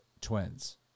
twins